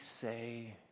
say